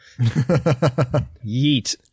yeet